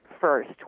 first